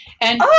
And-